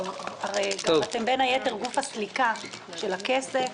הרי אתם בין היתר גוף הסליקה של הכסף.